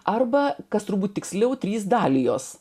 arba kas turbūt tiksliau trys dalijos